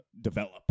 develop